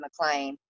mcclain